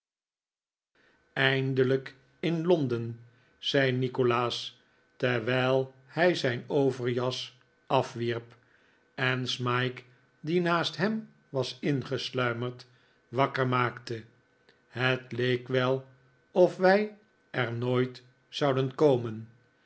eindelijk in londen zei nikolaas terwijl hij zijn overjas afwierp en smike die naast hem was ingesluimerd wakker maakte het leek wel of wij er nooit zouden komen